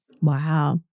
wow